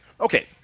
Okay